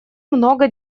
много